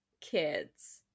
kids